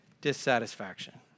dissatisfaction